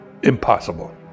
Impossible